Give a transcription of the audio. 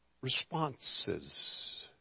responses